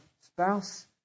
spouse